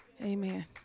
Amen